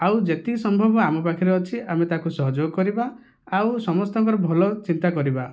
ଆଉ ଯେତିକି ସମ୍ଭବ ଆମ ପାଖରେ ଅଛି ଆମେ ତାକୁ ସହଯୋଗ କରିବା ଆଉ ସମସ୍ତଙ୍କର ଭଲ ଚିନ୍ତା କରିବା